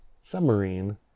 submarine